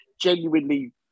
genuinely